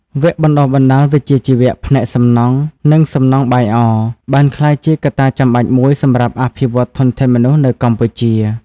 វគ្គបណ្តុះបណ្តាលវិជ្ជាជីវៈផ្នែកសំណង់ និងសំណង់បាយអរ បានក្លាយជាកត្តាចាំបាច់មួយសម្រាប់អភិវឌ្ឍធនធានមនុស្សនៅកម្ពុជា។